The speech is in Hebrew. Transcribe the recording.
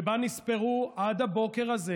שבה נספרו עד הבוקר הזה